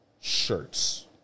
shirts